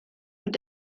und